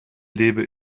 lebe